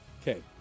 okay